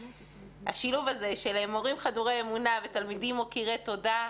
והשילוב הזה של מורים חדורי אמונה ותלמידים מוקירי תודה,